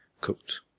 cooked